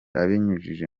abinyujije